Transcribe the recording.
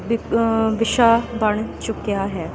ਵਿਸ਼ਾ ਬਣ ਚੁੱਕਿਆ ਹੈ